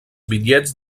bitllets